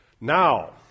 Now